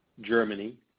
Germany